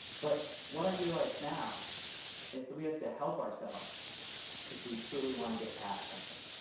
but what i realize now is that we have to help ourselves if we truly want to get past something.